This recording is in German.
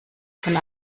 von